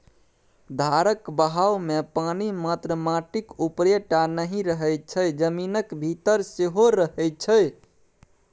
धारक बहावमे पानि मात्र माटिक उपरे टा नहि रहय छै जमीनक भीतर सेहो रहय छै